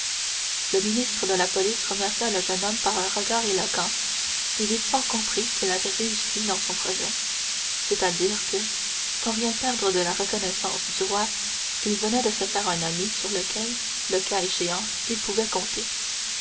le ministre de la police remercia le jeune homme par un regard éloquent et villefort comprit qu'il avait réussi dans son projet c'est-à-dire que sans rien perdre de la reconnaissance du roi il venait de se faire un ami sur lequel le cas échéant il pouvait compter